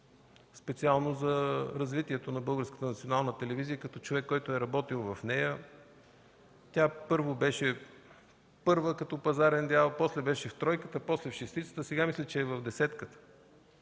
национална телевизия, като човек, който е работил в нея. Тя беше първа като пазарен дял, после беше в тройката, после – в шестицата, сега мисля, че е в десятката